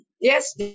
Yes